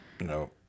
No